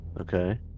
okay